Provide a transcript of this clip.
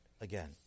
again